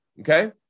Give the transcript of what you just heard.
okay